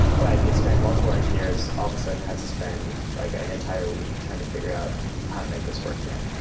but it's been multiple engineers all of a sudden had to spend like an entire week trying to figure out how to make this work again.